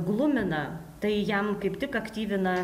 glumina tai jam kaip tik aktyvina